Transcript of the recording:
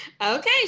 Okay